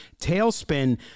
tailspin